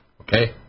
Okay